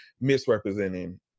misrepresenting